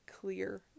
clear